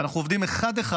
ואנחנו עובדים אחד-אחד,